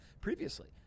previously